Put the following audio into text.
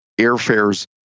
airfares